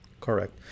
correct